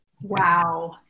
Wow